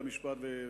בתי-המשפט ובתי-הכלא.